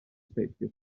specchio